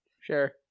Sure